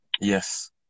Yes